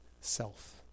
Self